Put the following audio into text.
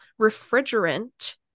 refrigerant